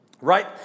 right